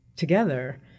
together